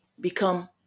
become